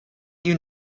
you